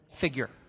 figure